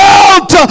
out